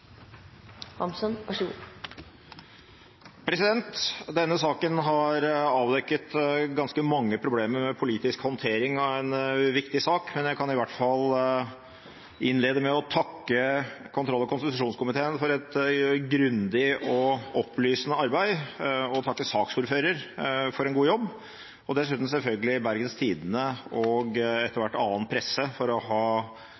holdt, og så kan man gjerne sette seg inn i referatet for å få et helhetsinntrykk. Replikkordskiftet er omme. Denne saken har avdekket ganske mange problemer med politisk håndtering av en viktig sak, men jeg kan i hvert fall innlede med å takke kontroll- og konstitusjonskomiteen for et grundig og opplysende arbeid, takke saksordføreren for en god jobb og selvfølgelig takke Bergens Tidende, og